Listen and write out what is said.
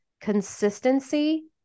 Consistency